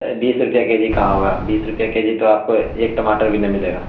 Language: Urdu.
ارے بیس روپے کے جی کہاں ہوگا بیس روپے کے جی تو آپ کو ایک ٹماٹر بھی نہیں ملے گا